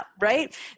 right